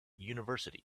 university